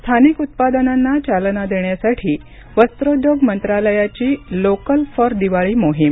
स्थानिक उत्पादनांना चलना देण्यासाठी वस्त्रोद्योग मंत्रालयाची लोकल फॉर दिवाळी मोहीम